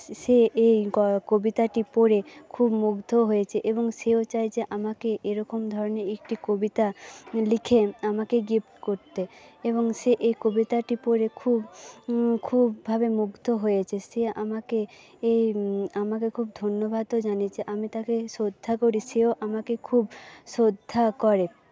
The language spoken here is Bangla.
সে এই কবিতাটি পড়ে খুব মুগ্ধ হয়েছে এবং সেও চায় যে আমাকে এরকম ধরনের একটি কবিতা লিখে আমাকে গিফট করতে এবং সে এই কবিতাটি পড়ে খুব খুব ভাবে মুগ্ধ হয়েছে সে আমাকে এ আমাকে খুব ধন্যবাদও জানিয়েছে আমি তাকে শ্রদ্ধা করি সেও আমাকে খুব শ্রদ্ধা করে